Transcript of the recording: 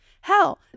Hell